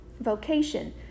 vocation